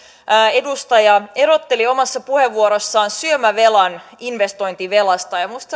edustaja erotteli omassa puheenvuorossaan syömävelan investointivelasta ja minusta